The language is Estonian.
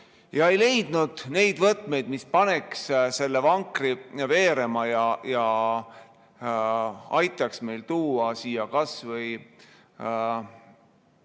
aga ei leidnud neid võtmeid, mis paneks selle vankri veerema, aitaks meil tuua siia kas või